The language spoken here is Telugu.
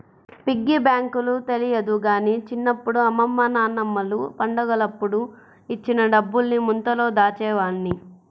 పిగ్గీ బ్యాంకు తెలియదు గానీ చిన్నప్పుడు అమ్మమ్మ నాన్నమ్మలు పండగలప్పుడు ఇచ్చిన డబ్బుల్ని ముంతలో దాచేవాడ్ని